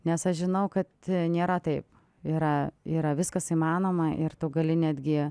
nes aš žinau kad nėra taip yra yra viskas įmanoma ir tu gali netgi